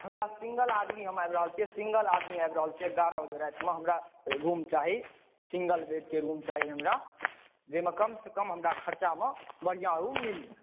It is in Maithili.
हमरा सिंगल आदमी आबि रहल छियै सिंगल आदमी आबि रहल छियै एगारह बजे राति मे हमरा रूम चाही सिंगल बेड के रूम चाही हमरा जाहिमे कम सॅं कम हमरा खरचा मे बढिऑं रूम मिल जाय